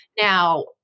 Now